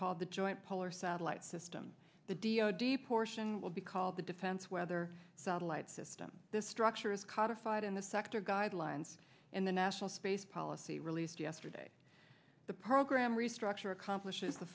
called the joint polar satellite system the d o d portion will be called the defense weather satellite system this structure is codified in the sector guidelines in the national space policy released yesterday the program restructure accomplishes the